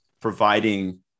providing